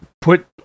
put